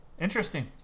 Interesting